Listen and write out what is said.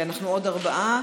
אנחנו עוד ארבעה.